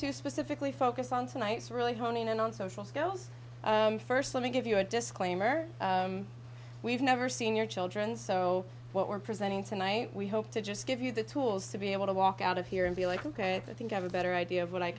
to specifically focus on tonight's really honing in on social skills first let me give you a disclaimer we've never seen your children so what we're presenting tonight we hope to just give you the tools to be able to walk out of here and be like ok i think i have a better idea of what i